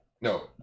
No